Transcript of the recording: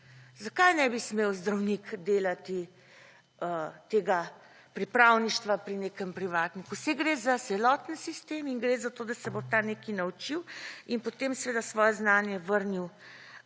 Zakaj ne bi smel zdravnik delati tega pripravništva pri nekem privatniku? Saj gre za celoten sistem in gre za to, da se bo ta nekaj naučil in potem svoje znanje vrnil